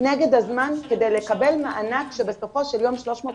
נגד הזמן כדי לקבל מענק שהוא בסופו של דבר 350